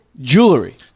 jewelry